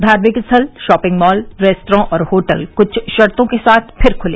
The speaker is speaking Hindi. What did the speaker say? धार्मिक स्थल शॉपिंग मॉल रेस्तरां और होटल कुछ शर्तों के साथ फिर खुले